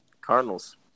Cardinals